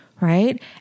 right